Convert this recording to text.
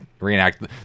reenact